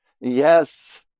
Yes